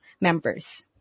members